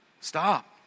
Stop